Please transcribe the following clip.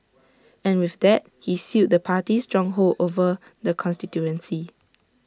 and with that he sealed the party's stronghold over the constituency